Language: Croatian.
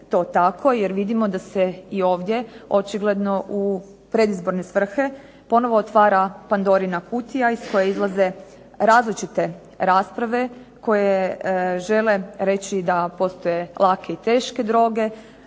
to tako, jer vidimo da se i ovdje očigledno u predizborne svrhe ponovo otvara Pandorina kutija, iz koje izlaze različite rasprave, koje žele reći da postoje lake i teške droge,